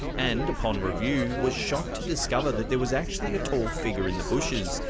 and upon review was shocked to discover that there was actually a tall figure in the bushes,